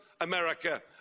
America